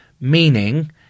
Meaning